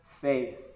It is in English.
faith